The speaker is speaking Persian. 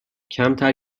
کمتر